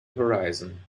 horizon